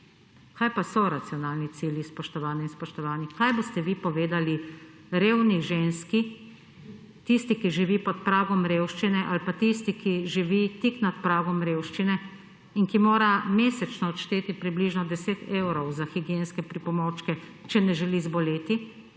Kaj pa so racionalni cilji, spoštovane in spoštovani? Kaj boste vi povedali revni ženski, tisti ki živi pod pragom revščine ali pa tisti, ki živi tik nad pragom revščine in ki mora mesečno odšteti približno 10 % za higienske pripomočke, če ne želi zboleti,